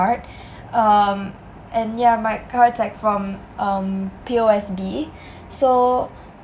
card um and yah my card's like from um P_O_S_B so